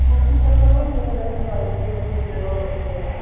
کلفی کے اندر وہی جنرلی جو آئس کریمس کے فلیور ہوتے ہیں